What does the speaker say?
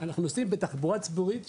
אנחנו נוסעים בתחבורה ציבורית,